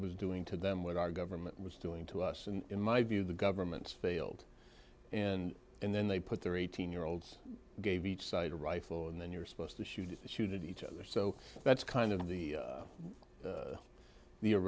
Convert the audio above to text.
was doing to them what our government was doing to us and in my view the governments failed and then they put their eighteen year olds gave each side a rifle and then you're supposed to shoot to shoot at each other so that's kind of the